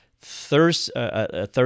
Thursday